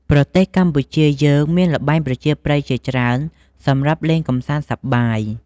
ប្រទេសកម្ពុជាយើងមានល្បែងប្រជាប្រិយជាច្រើនសម្រាប់លេងកម្សាន្តសប្បាយ។